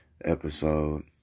episode